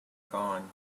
gone